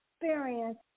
experience